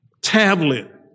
tablet